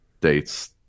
dates